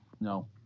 No